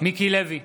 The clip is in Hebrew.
מיקי לוי,